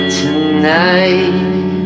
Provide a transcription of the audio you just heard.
tonight